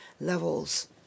levels